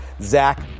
Zach